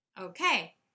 Okay